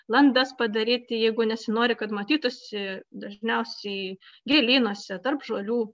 landas padaryti jeigu nesinori kad matytųsi dažniausiai gėlynuose tarp žolių